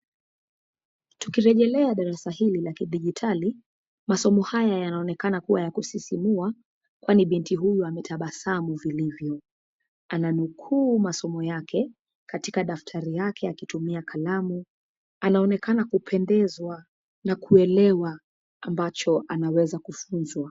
Tukirejelea darasa hili la kidijitali, masomo haya yanaonekana kuwa ya kusisimua, kwani binti huyu ametabasamu vilivyo. Ananukuu masomo yake katika daftari yake akitumia kalamu. Anaonekana kupendezwa na kuelewa ambacho anaweza kufunzwa.